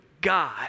God